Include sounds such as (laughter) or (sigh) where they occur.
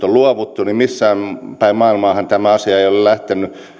(unintelligible) on luovuttu missään päin maailmaa tämä ei ole lähtenyt